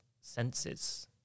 senses